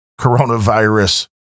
coronavirus